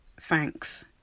thanks